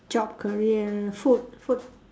job career food food